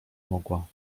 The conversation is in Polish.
mogła